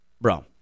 bro